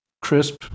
crisp